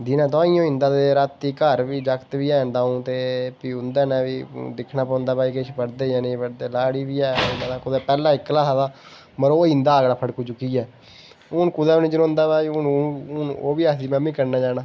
दिनें तुआहीं होई जंदा ते रातीं भी घर जागत् बी हैन दऊं ते प्ही उं'दे कन्नै बी दिक्खना पौंदा भाई ते किश पढ़दे न ते लाड़ी बी ऐ ते पैह्लें इक्कला हा तां रोज जंदा हा मटका चुक्कियै हून कुदै निं जनोंदा तां ओह्बी आखदी में बी कन्नै जाना